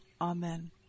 Amen